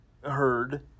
heard